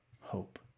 hope